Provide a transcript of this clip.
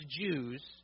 Jews